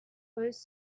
was